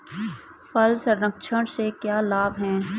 फल संरक्षण से क्या लाभ है?